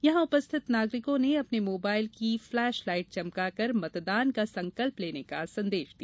यहां उपस्थित नागरिकों ने अपने मोबाइल की फलेस लाइट चमकाकर मतदान का संकल्प लेने का संदेश दिया